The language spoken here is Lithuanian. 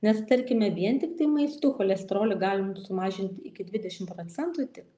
nes tarkime vien tiktai maistu cholesterolį galima būtų sumažinti iki dvidešimt procentų tik